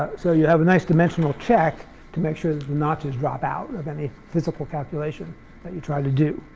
so you have a nice dimensional check to make sure that the notches drop out of any physical calculation that you try to do.